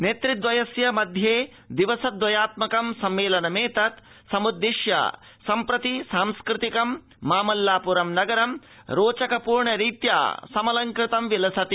नेतृद्वयस्य मध्ये दिवसद्रयात्मकं सम्मेलनमेतत् समुद्दिश्य सम्प्रति सांस्कृतिकं मामल्लापुरम् नगरं रोचकपूर्णरीत्या समलंकृतं विद्यते